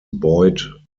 boyd